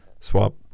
swap